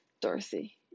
Dorothy